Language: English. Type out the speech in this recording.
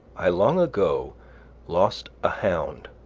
i long ago lost a hound,